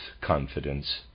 confidence